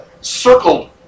circled